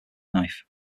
knife